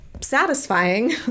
satisfying